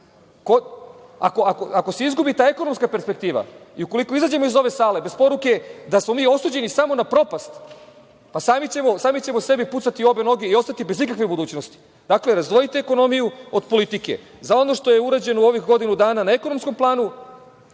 se izgubi ta ekonomska perspektiva i ukoliko izađemo iz ove sale bez poruke da smo mi osuđeni samo na propast, pa sami ćemo sebi pucati u obe noge i ostati bez ikakve budućnosti. Dakle, razdvojite ekonomiju od politike. Za ono što je urađeno u ovih godinu dana na ekonomskom planu,